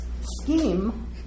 scheme